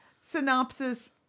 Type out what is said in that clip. synopsis